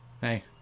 Hey